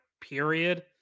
period